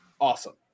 Awesome